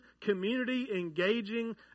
community-engaging